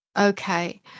okay